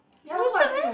wasted meh